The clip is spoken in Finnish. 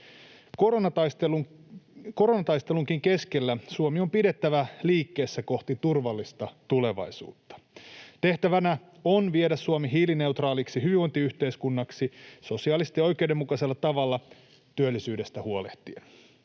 Koronataistelunkin keskellä Suomi on pidettävä liikkeessä kohti turvallista tulevaisuutta. Tehtävänä on viedä Suomi hiilineutraaliksi hyvinvointiyhteiskunnaksi sosiaalisesti oikeudenmukaisella tavalla työllisyydestä huolehtien.